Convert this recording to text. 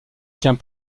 tient